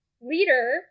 leader